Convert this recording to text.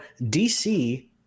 dc